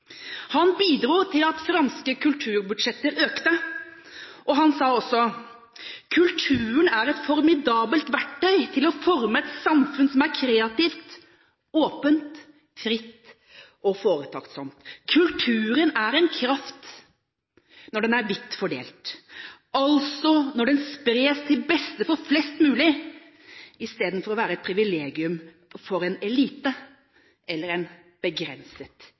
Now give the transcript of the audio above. Han bidro til at franske kulturbudsjetter økte, og han sa også at kulturen er et formidabelt verktøy til å forme et samfunn som er kreativt, åpent, fritt og foretaksomt. Kulturen er en kraft når den er vidt fordelt, altså når den spres til beste for flest mulig, istedenfor å være et privilegium for en elite eller en begrenset